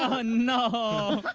um and